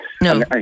No